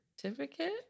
certificate